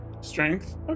Strength